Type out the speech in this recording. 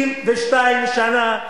62 שנה.